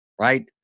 right